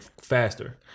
faster